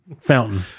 fountain